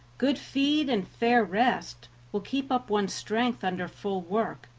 good feed and fair rest will keep up one's strength under full work,